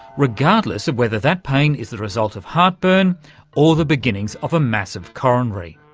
regardless of whether that pain is the result of heart burn or the beginnings of a massive coronary.